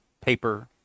paper